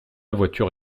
voiture